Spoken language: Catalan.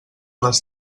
les